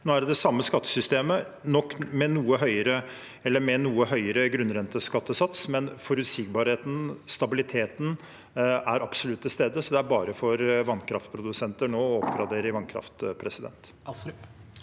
Nå er det det samme skattesystemet med noe høyere grunnrenteskattesats, men forutsigbarheten, stabiliteten, er absolutt til stede, så det er bare for vannkraftprodusenter nå å oppgradere vannkraft. Nikolai